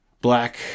Black